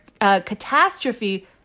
catastrophe